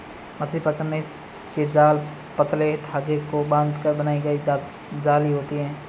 मछली पकड़ने के जाल पतले धागे को बांधकर बनाई गई जाली होती हैं